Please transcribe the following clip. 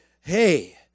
hey